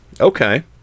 okay